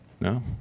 No